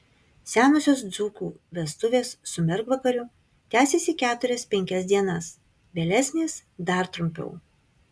senosios dzūkų vestuvės su mergvakariu tęsėsi keturias penkias dienas vėlesnės dar trumpiau